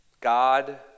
God